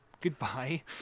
Goodbye